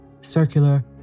circular